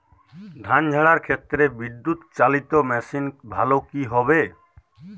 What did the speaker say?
ধান ঝারার ক্ষেত্রে বিদুৎচালীত মেশিন ভালো কি হবে?